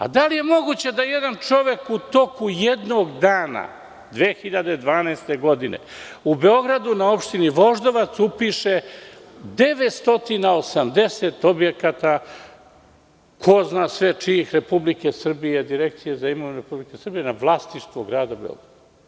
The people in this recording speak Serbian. A da li je moguće da jedan čovek u toku jednog dana 2012. godine u Beogradu na opštini Voždovac upiše 980 objekata, ko zna sve čijih Republike Srbije, Direkcije za imovinu Republike Srbije na vlasništvo grada Beograda.